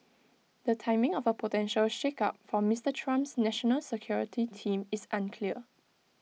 the timing of A potential shakeup for Mister Trump's national security team is unclear